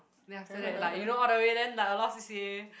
then after that like you know all the way then like a lot of C_C_A